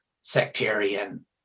sectarian